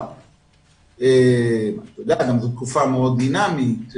אנחנו בתקופה מאוד דינאמית,